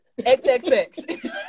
xxx